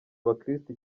abakirisitu